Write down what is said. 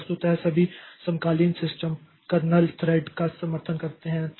तो वस्तुतः सभी समकालीन सिस्टम कर्नेल थ्रेड का समर्थन करते हैं